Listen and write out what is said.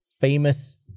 famous